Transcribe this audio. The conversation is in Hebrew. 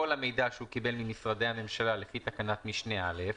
המידע שהוא קיבל ממשרדי הממשלה לפני תקנת משנה (א).